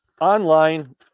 online